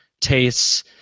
tastes